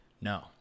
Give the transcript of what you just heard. no